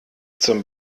zum